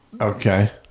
Okay